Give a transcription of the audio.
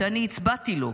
שאני הצבעתי לו,